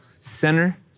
Center